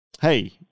Hey